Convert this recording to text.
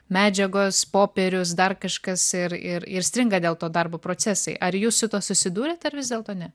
medžiagos popierius dar kažkas ir ir ir stringa dėl to darbo procesai ar jūs su tuo susidūrėt ar vis dėlto ne